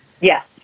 Yes